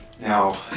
Now